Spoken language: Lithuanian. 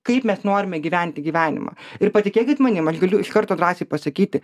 kaip mes norime gyventi gyvenimą ir patikėkit manim aš galiu iš karto drąsiai pasakyti